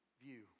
view